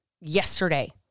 yesterday